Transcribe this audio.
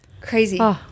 crazy